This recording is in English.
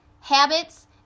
habits